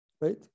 right